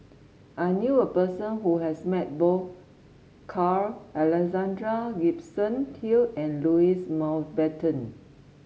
I knew a person who has met both Carl Alexander Gibson Hill and Louis Mountbatten